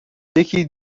یکی